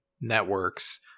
networks